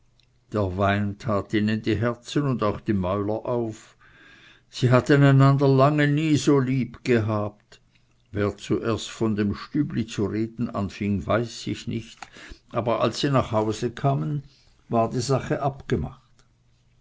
der wein tat ihnen die herzen und auch die mäuler auf sie hatten einander lange nie so lieb gehabt wer zuerst von dem stübli zu reden anfing weiß ich nicht aber als sie nach hause kamen war die sache abgemacht